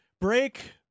Break